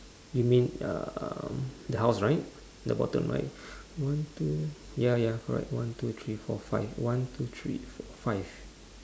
you mean um the house right the bottom right one two ya ya correct one two three four five one two three four five